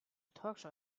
talkshow